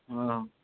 ହଁ